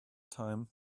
time